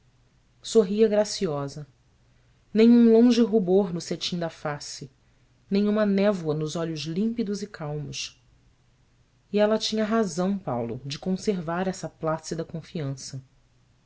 sorria graciosa nem um longe rubor no cetim da face nem uma névoa nos olhos límpidos e calmos e ela tinha razão paulo de conservar essa plácida confiança